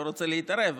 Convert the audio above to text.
לא רוצה להתערב,